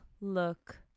look